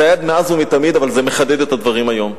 זה היה מאז ומתמיד אבל זה מחדד את הדברים היום.